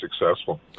successful